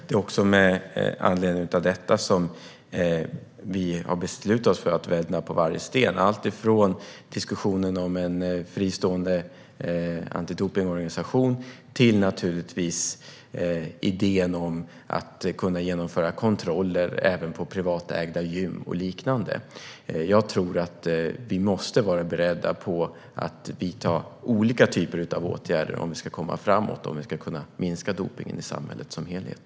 Det är också med anledning av det som vi har beslutat oss för att vända på varje sten. Det gäller alltifrån diskussionen om en fristående antidopningsorganisation till idén om att kunna genomföra kontroller, även på privatägda gym och liknande. Jag tror att vi måste vara beredda att vidta olika typer av åtgärder om vi ska komma framåt och minska dopningen i samhället som helhet.